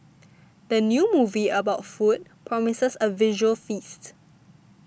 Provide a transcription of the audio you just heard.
the new movie about food promises a visual feast